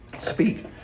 speak